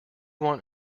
want